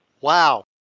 Wow